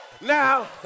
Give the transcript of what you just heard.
Now